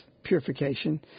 purification